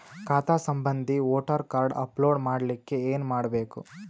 ಖಾತಾ ಸಂಬಂಧಿ voter card upload ಮಾಡಲಿಕ್ಕೆ ಏನ ಮಾಡಬೇಕು?